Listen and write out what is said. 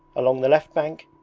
along the left bank,